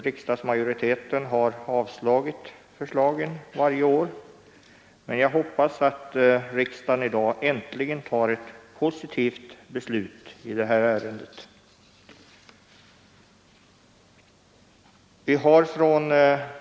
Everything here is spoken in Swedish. Riksdagsmajoriteten har varje år avslagit förslagen, men jag hoppas att riksdagen i dag äntligen tar ett positivt beslut i det här ärendet.